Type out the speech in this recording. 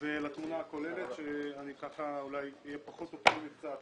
ולתמונה הכוללת ואולי אהיה פחות אופטימי מכפי